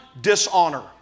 dishonor